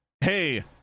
Hey